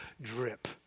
drip